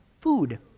food